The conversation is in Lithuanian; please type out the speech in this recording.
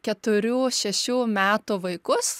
keturių šešių metų vaikus